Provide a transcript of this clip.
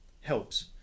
helps